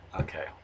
okay